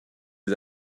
des